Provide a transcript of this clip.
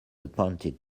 appointed